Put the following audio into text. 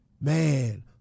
Man